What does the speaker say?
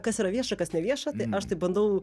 kas yra vieša kas nevieša tai aš taip bandau